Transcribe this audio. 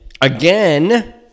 again